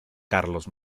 carlos